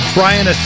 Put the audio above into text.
Brian